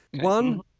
One